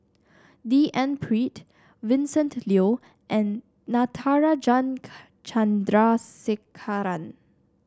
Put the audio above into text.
D N Pritt Vincent Leow and Natarajan Chandrasekaran